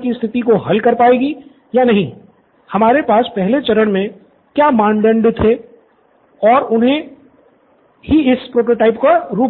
की स्थिति को हल कर पाएगी या नहीं हमारे पास पहले चरण में क्या मानदंड थे और उन्होंने ही इसे एक प्रोटोटाइप का रूप दिया